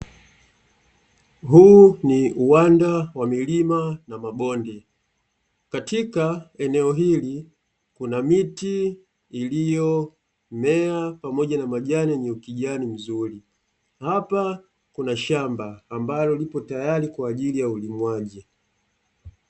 Huu ni uwanda wa milima na mabonde, katika eneo hili kuna miti iliyomea pamoja na majani yenye ukijani mzuri, hapa kuna shamba ambalo lipo tayari kwa ajili ya ulimwaji.